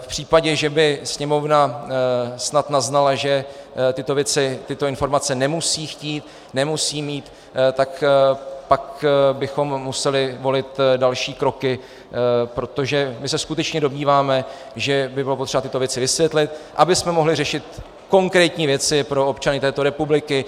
V případě, že by Sněmovna snad naznala, že tyto věci, tyto informace nemusí chtít, nemusí mít, tak pak bychom museli volit další kroky, protože my se skutečně domníváme, že by bylo potřeba tyto věci vysvětlit, abychom mohli řešit konkrétní věci pro občany této republiky.